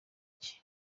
cye